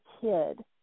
kid